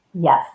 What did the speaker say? Yes